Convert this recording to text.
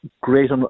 great